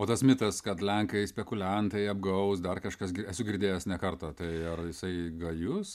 o tas mitas kad lenkai spekuliantai apgaus dar kažkas gi esu girdėjęs ne kartą tai ar jisai gajus